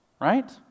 right